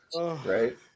Right